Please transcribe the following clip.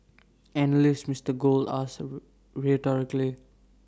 analyst Mister gold asked A road rhetorically